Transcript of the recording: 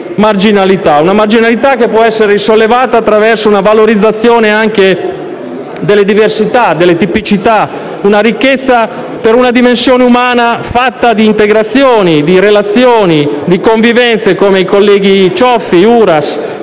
Una marginalità che può essere sollevata attraverso una valorizzazione delle diversità e delle tipicità, una ricchezza per una dimensione umana fatta di integrazioni, relazioni e convivenze, come i colleghi Cioffi e Uras